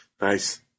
Nice